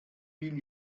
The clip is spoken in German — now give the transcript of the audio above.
will